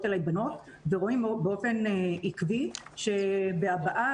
אלי בנות ורואים באופן עקבי שבהבעה,